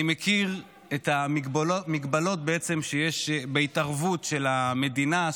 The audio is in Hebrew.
אני מכיר את ההגבלות שיש בהתערבות של המדינה,